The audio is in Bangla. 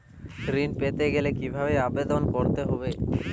ঋণ পেতে গেলে কিভাবে আবেদন করতে হবে?